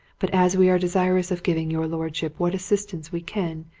but as we are desirous of giving your lordship what assistance we can,